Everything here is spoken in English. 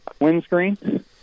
windscreen